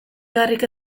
beharrik